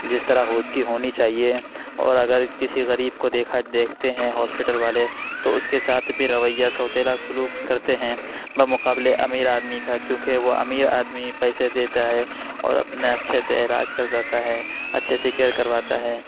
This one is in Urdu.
جس طرح اُس کی ہونی چاہیے اور اگر کسی غریب کو دیکھا دیکھتے ہیں ہاسپیٹل والے تو اُس کے ساتھ بھی رویہ سوتیلا سلوک کرتے ہیں بمقابلے امیر آدمی کا کیونکہ وہ امیر آدمی پیسے دیتا ہے اور اپنا اچھے سے علاج کر جاتا ہے اچھے سے کیئر کرواتا ہے